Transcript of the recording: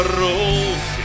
rules